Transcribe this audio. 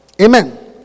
Amen